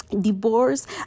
divorce